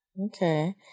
Okay